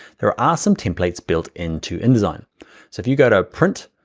there are ah some templates built into indesign. so if you go to print,